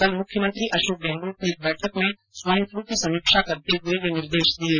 कल मुख्यमंत्री अशोक गहलोत ने एक बैठक में स्वाईन फ्लू की समीक्षा करते हुए यह निर्देश दिये